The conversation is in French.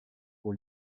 pour